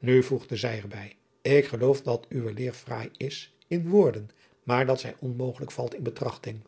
u voegde zij er bij ik geloof dat uwe leer fraai is in woorden maar dat zij onmogelijk valt in de betrachting